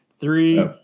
Three